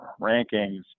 rankings